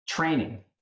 training